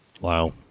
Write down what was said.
Wow